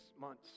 months